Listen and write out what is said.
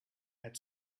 had